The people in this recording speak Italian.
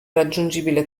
raggiungibile